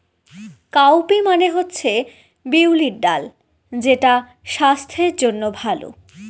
cowpea মানে হচ্ছে বিউলির ডাল যেটা স্বাস্থ্যের জন্য ভালো